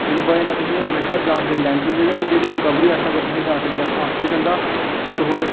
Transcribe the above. एह्दी बजह् कन्नै तोहें ई हमेशा जानकारी लैनी चाहिदी ते जेह्ड़ी रिकवरी आस्तै तोहें डॉक्टर तरफा आखेआ जन्दा की तुस